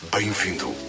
Bem-vindo